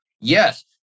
yes